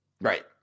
Right